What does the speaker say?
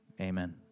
Amen